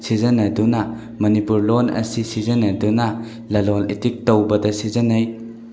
ꯁꯤꯖꯤꯟꯅꯗꯨꯅ ꯃꯅꯤꯄꯨꯔ ꯂꯣꯜ ꯑꯁꯤ ꯁꯤꯖꯤꯟꯅꯗꯨꯅ ꯂꯂꯣꯟ ꯏꯇꯤꯛ ꯇꯧꯕꯗ ꯁꯤꯖꯤꯟꯅꯩ